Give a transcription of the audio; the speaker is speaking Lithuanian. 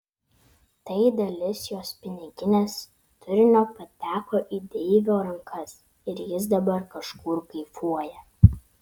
tai dalis jos piniginės turinio pateko į deivio rankas ir jis dabar kažkur kaifuoja